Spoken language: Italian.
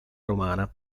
romana